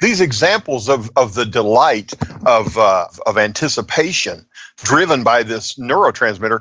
these examples of of the delight of of anticipation driven by this neurotransmitter,